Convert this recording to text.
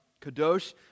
kadosh